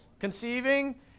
Conceiving